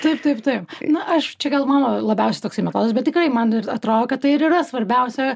taip taip taip na aš čia gal mano labiausiai toksai metodas bet tikrai man atrodo kad tai ir yra svarbiausia